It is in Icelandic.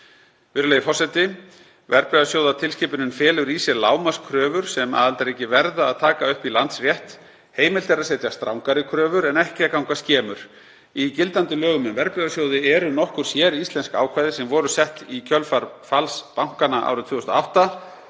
Virðulegi forseti. Verðbréfasjóðatilskipunin felur í sér lágmarkskröfur sem aðildarríki verða að taka upp í landsrétt. Heimilt er að setja strangari kröfur, en ekki að ganga skemur. Í gildandi lögum um verðbréfasjóði eru nokkur séríslensk ákvæði sem sett voru í kjölfar falls bankanna árið 2008.